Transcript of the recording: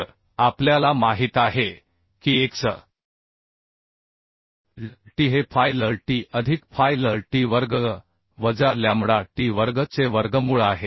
तर आपल्याला माहित आहे की x L t हे φ L t अधिक φ L t वर्ग वजा λ t वर्ग चे वर्गमूळ आहे